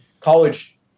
college